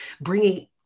bringing